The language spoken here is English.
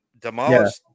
Demolished